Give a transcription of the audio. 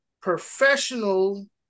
professional